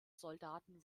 soldaten